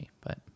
but-